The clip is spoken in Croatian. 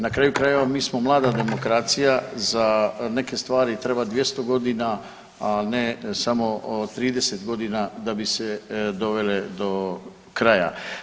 Na kraju krajeva, mi smo mlada demokracija, za neke stvari treba 200 godina, a ne samo 30 godina da bi se dovele do kraja.